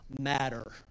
matter